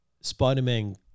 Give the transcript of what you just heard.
Spider-Man